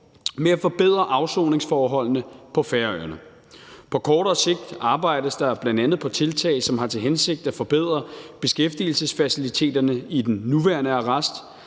med at forbedre afsoningsforholdene på Færøerne. På kortere sigt arbejdes der bl.a. på tiltag, som har til hensigt at forbedre beskæftigelsesfaciliteterne i den nuværende arrest.